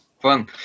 Fun